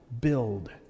Build